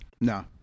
No